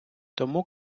тому